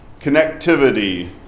connectivity